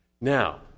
Now